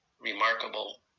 remarkable